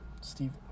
Steve